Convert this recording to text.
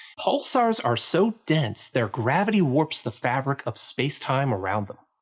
pulsars are so dense, their gravity warps the fabric of space-time around them.